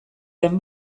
den